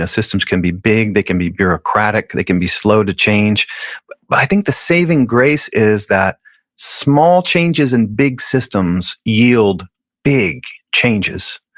ah systems can be big, they can be bureaucratic, they can be slow to change, but i think the saving grace is that small changes in big systems yield big changes,